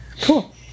cool